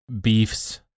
beefs